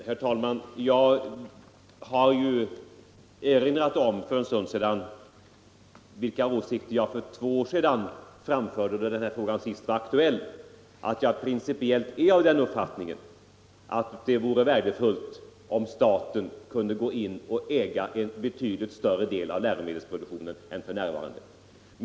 Herr talman! Jag har ju för en stund sedan erinrat om vilka åsikter jag för två år sedan framförde när den här frågan senast var aktuell. Jag är principiellt av den uppfattningen att det vore värdefullt om staten kunde äga en betydligt större del av läromedelsproduktionen än f.n.